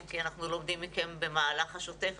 אם כי אנחנו לומדים מכם במהלך השוטף,